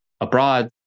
abroad